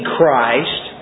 Christ